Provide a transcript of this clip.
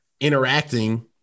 interacting